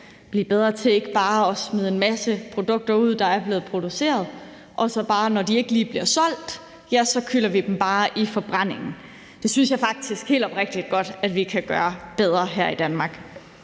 blive bedre til ikke bare at smide en masse produkter, der er blevet produceret, ud, så vi ikke bare, når de ikke lige bliver solgt, kyler dem i forbrændingen. Det synes jeg faktisk helt oprigtigt godt vi kan gøre bedre her i Danmark.